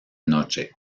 noche